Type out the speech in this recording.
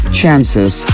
Chances